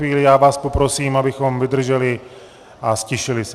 Já vás poprosím, abychom vydrželi a ztišili se.